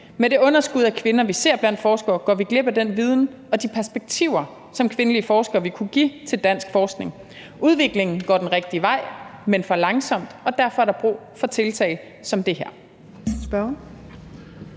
Med det underskud af kvinder, vi ser blandt forskere, går vi glip af den viden og de perspektiver, som kvindelige forskere vil kunne give til dansk forskning. Udviklingen går den rigtige vej, men for langsomt, og derfor er der brug for tiltag som det her.